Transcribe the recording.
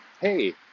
hey